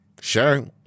sure